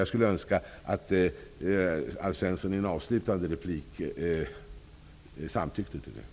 Jag skulle önska att Alf Svensson i ett avslutande inlägg samtyckte till det.